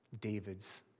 David's